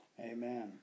amen